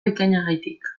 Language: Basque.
bikainagatik